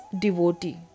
devotee